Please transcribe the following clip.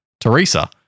Teresa